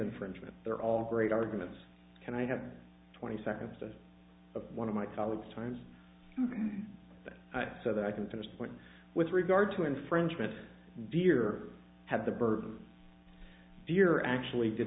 infringement they're all great arguments can i have twenty seconds as of one of my colleagues times so that i can finish the point with regard to infringement dear have the burden of your actually did